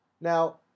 Now